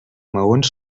maons